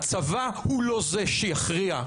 הצבא הוא לא זה שיכריע בשאלה,